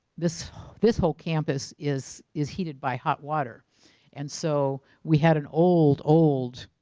this this whole campus is is heated by hot water and so we had an old, old